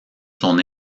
son